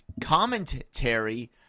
commentary